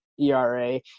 ERA